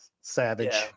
Savage